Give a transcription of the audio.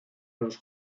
los